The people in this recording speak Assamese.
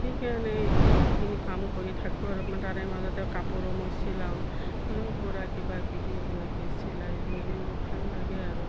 সেই কাৰণে এইখিনি কাম কৰি থাকোঁ আৰু ম তাৰে মাজতে কাপোৰো মই চিলাওঁ সৰু সুৰা কিবা কিবি এনেকৈ চিলাই কিনে মোৰ ভাল লাগে আৰু